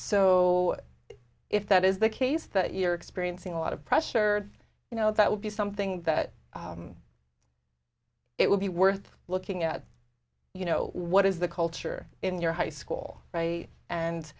so if that is the case that you're experiencing a lot of pressure you know that would be something that it would be worth looking at you know what is the culture in your high school